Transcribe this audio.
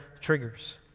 triggers